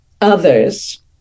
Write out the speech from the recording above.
others